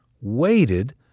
waited